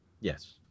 Yes